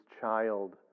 child